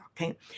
okay